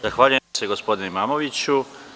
Zahvaljujem se gospodinu Imamoviću.